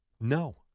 no